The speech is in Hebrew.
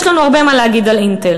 יש לנו הרבה מה להגיד על "אינטל".